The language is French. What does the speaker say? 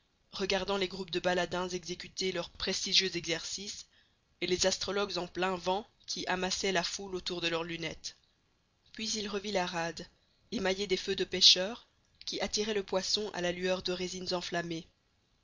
regardant les groupes de baladins exécuter leurs prestigieux exercices et les astrologues en plein vent qui amassaient la foule autour de leur lunette puis il revit la rade émaillée des feux de pêcheurs qui attiraient le poisson à la lueur de résines enflammées